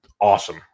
Awesome